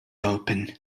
open